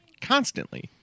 constantly